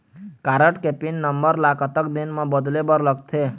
Card के pin number ला कतक दिन म बदले बर लगथे?